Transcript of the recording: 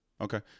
okay